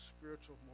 spiritual